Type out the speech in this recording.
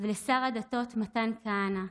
ולשר הדתות מתן כהנא,